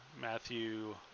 Matthew